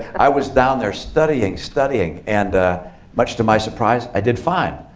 i was down there studying, studying. and much to my surprise, i did fine.